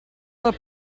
del